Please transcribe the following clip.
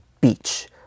beach